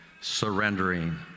surrendering